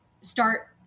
start